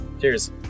Cheers